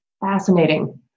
fascinating